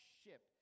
ship